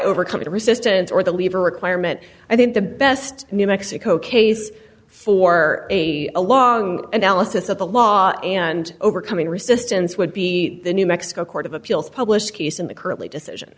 overcome the resistance or the lever requirement i think the best new mexico case for a a long analysis of the law and overcoming resistance would be the new mexico court of appeals published case in the currently decision